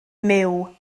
myw